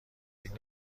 فکر